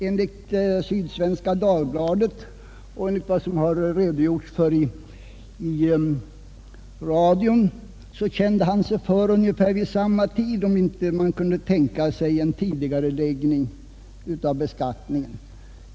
Enligt Sydsvenska Dagbladet och enligt vad som meddelats i radio kände herr Geijer sig för vid ungefär samma tidpunkt som jag, om det inte kunde tänkas en tidigareläggning av beskattningen.